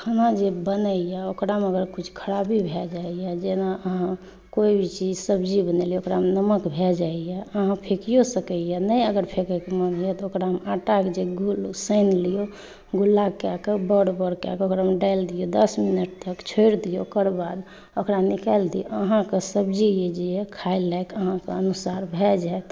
खाना जे बनैयए ओकरा मे अगर कुछ खराबी भए जाइए जेना अहाँ कोइ भी चीज सशंशंशब्जी बनेलियै ओकरा मे नमक भए जाइए अहाँ फेकियो सकैयए नय अगर फेकै के मोन होइया त ओकरा मे आँटा जे गुल साइन लियौ गुल्ला कए कऽ बर बर कए कऽ ओकरा मे डाइल दियौ दस मिनट तक छोरि दियौ ओकर बाद ओकरा निकाइल दियौ अहाँके सब्जी जे य खाय लायक अहाँके अनुसार भए जायत